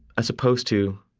as opposed to,